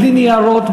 בלי ניירות,